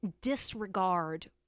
disregard